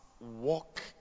walk